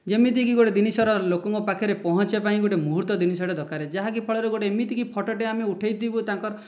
ଯେମିତିକି ଗୋଟେ ଜିନିଷର ଲୋକଙ୍କ ପାଖରେ ପହଞ୍ଚିବା ପାଇଁ ଗୋଟେ ମୁହୂର୍ତ୍ତ ଜିନିଷଟେ ଦରକାର ଯାହାକି ଫଳରେ ଗୋଟିଏ ଏମିତି କି ଫଟୋଟିଏ ଆମେ ଉଠାଇଥିବୁ ତାଙ୍କ